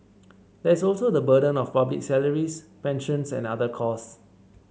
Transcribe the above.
there is also the burden of public salaries pensions and other costs